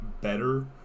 better